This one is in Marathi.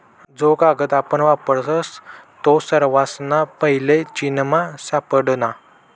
जो कागद आपण वापरतस तो सर्वासना पैले चीनमा सापडना